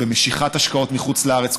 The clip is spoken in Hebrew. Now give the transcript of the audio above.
במשיכת השקעות מחוץ-לארץ,